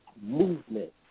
movement